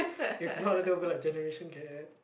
if not there will be like generation gap